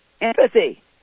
empathy